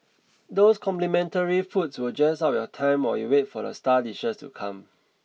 those complimentary foods will jazz up your time while you wait for the star dishes to come